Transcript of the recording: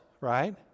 right